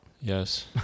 Yes